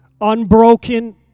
Unbroken